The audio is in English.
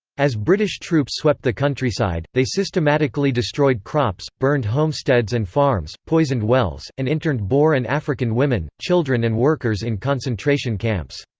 as british troops swept the countryside, they systematically destroyed crops, burned homesteads and farms, poisoned wells, and interned boer and african women, children and workers in concentration camps.